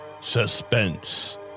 suspense